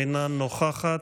אינה נוכחת,